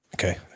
Okay